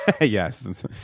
yes